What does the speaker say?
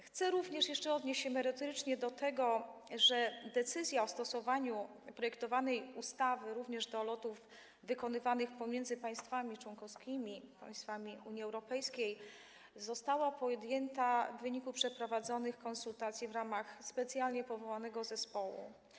Chcę jeszcze odnieść się merytorycznie do tego, że decyzja o stosowaniu projektowanej ustawy również do lotów wykonywanych pomiędzy państwami członkowskimi, państwami Unii Europejskiej została podjęta w wyniku przeprowadzonych konsultacji w ramach specjalnie powołanego zespołu.